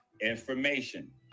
information